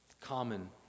common